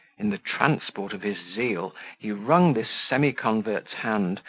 in the transport of his zeal he wrung this semi-convert's hand,